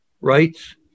rights